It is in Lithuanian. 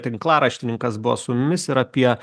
tinklaraštininkas buvo su mumis ir apie